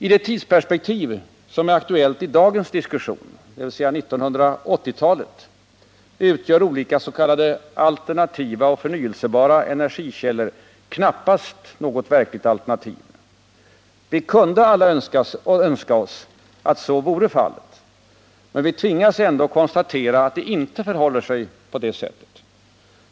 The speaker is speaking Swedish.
I det tidsperspektiv som är aktuellt i dagens diskussion — 1980-talet — utgör olika s.k. alternativa och förnybara energikällor knappast något verkligt alternativ. Vi kunde alla önska att så vore fallet, men vi tvingas konstatera att det inte förhåller sig så.